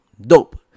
Dope